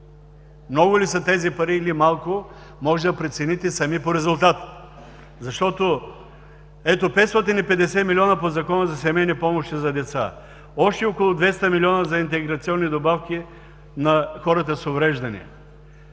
Много ли са тези пари или малко може да прецените сами по резултата. Защото, ето 550 милиона по Закона за семейни помощи за деца, още около 200 милиона за интеграционни добавки на хората с увреждания.